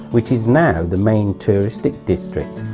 which is now the main touristic district,